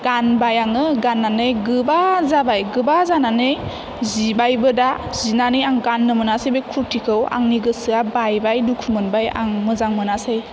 गानबाय आङो गाननानै गोबा जाबाय गोबा जानानै जिबायबो दा जिनानै आं गाननो मोनासै बे खुरथिखौ आंनि गोसोया बायबाय दुखु मोनबाय आं मोजां मोनासै